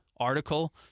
article